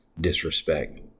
disrespect